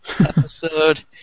episode